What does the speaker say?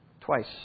twice